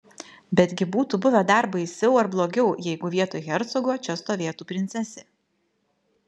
betgi būtų buvę dar baisiau ar blogiau jeigu vietoj hercogo čia stovėtų princesė